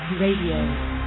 Radio